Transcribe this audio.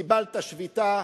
קיבלת שביתה,